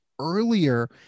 earlier